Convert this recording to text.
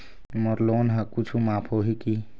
मोर loan हा कुछू माफ होही की?